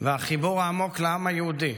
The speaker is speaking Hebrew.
והחיבור העמוק לעם היהודי